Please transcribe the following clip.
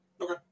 Okay